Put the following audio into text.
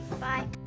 Bye